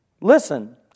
Listen